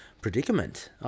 predicament